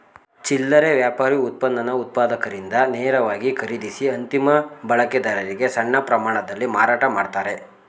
ಚಿಲ್ಲರೆ ವ್ಯಾಪಾರಿ ಉತ್ಪನ್ನನ ಉತ್ಪಾದಕರಿಂದ ನೇರವಾಗಿ ಖರೀದಿಸಿ ಅಂತಿಮ ಬಳಕೆದಾರರಿಗೆ ಸಣ್ಣ ಪ್ರಮಾಣದಲ್ಲಿ ಮಾರಾಟ ಮಾಡ್ತಾರೆ